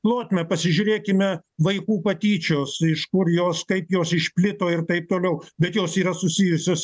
plotmę pasižiūrėkime vaikų patyčios iš kur jos kaip jos išplito ir taip toliau bet jos yra susijusios